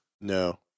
No